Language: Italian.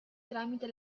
tramite